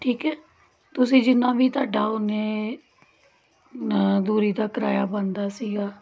ਠੀਕ ਹੈ ਤੁਸੀਂ ਜਿੰਨਾ ਵੀ ਤੁਹਾਡਾ ਓਨੇ ਦੂਰੀ ਦਾ ਕਿਰਾਇਆ ਬਣਦਾ ਸੀਗਾ